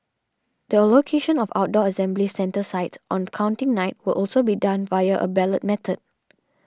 the allocation of outdoor assembly centre sites on Counting Night will also be done via a ballot method